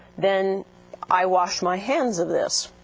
then i wash my hands of this,